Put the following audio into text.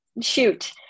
shoot